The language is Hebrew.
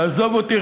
תעזוב אותי,